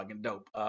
dope